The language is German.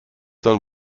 dann